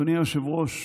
אדוני היושב-ראש,